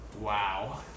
Wow